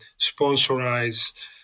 sponsorize